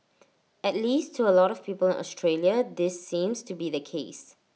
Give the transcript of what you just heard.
at least to A lot of people Australia this seems to be the case